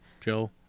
Joe